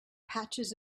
patches